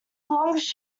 longest